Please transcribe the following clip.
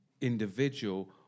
individual